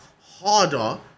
harder